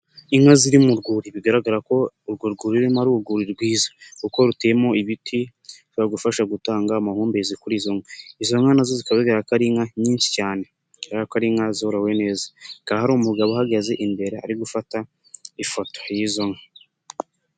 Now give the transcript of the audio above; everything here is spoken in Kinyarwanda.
Inka ziri mu rwuri bigaragara ko urwo rwu ruririmo ari urwuri rwiza kuko ruteyemo ibiti bifasha gutanga amahumbezi kuri izo nka nazo zikaba zigaragara ko ari inka nyinshi cyane bigaragara ko ari inka zorowe neza hakaha hari umugabo uhagaze imbere ari gufata ifoto y'izo nka.